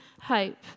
hope